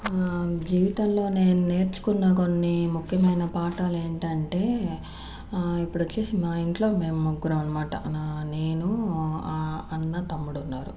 జీవితంలో నేను నేర్చుకున్నా కొన్ని ముఖ్యమైన పాఠాలు ఏంటంటే ఇప్పుడు వచ్చేసి మా ఇంట్లో మేం ముగ్గురం అనమాట నా నేను అన్న తమ్ముడు ఉన్నారు